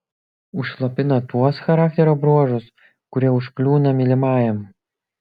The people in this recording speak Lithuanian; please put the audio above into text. užslopina tuos charakterio bruožus kurie užkliūna mylimajam